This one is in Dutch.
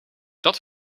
dat